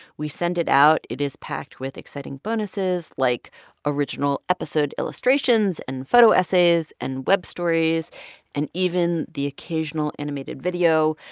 we send it out. it is packed with exciting bonuses like original episode illustrations and photo essays and web stories and even the occasional animated video.